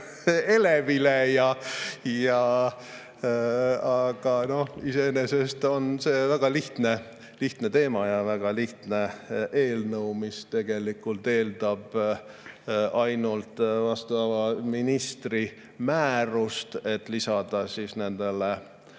elevile. Aga iseenesest on see väga lihtne teema ja väga lihtne eelnõu, mis tegelikult eeldab ainult vastava ministri määrust, et lisada nendele